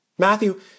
Matthew